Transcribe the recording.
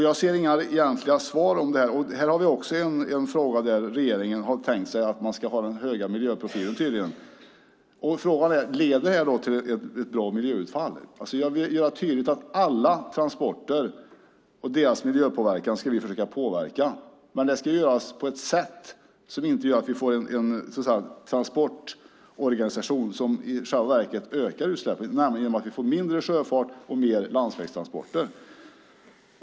Jag ser inga egentliga svar på varför. Detta är också en fråga där regeringen har tänkt sig att man ska ha hög miljöprofil. Leder detta till ett bra miljöutfall? Jag vill göra tydligt att vi ska försöka påverka alla transporter och deras miljöpåverkan, men det ska göras på ett sätt så att vi inte får en transportorganisation som i själva verket ökar utsläppen, det vill säga genom att vi får mindre sjöfart och mer landsvägstransporter.